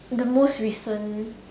the most recent